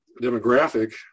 demographic